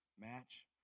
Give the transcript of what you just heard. match